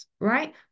right